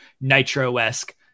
nitro-esque